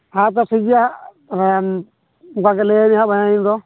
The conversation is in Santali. ᱟᱪᱪᱷᱟ ᱴᱷᱤᱠᱜᱮᱭᱟ ᱦᱟᱸᱜ ᱦᱮᱸ ᱚᱱᱟ ᱜᱮ ᱞᱟᱹᱭᱟᱭ ᱢᱮ ᱦᱟᱸᱜ ᱵᱟᱦᱧᱟᱨᱤᱧ ᱫᱚ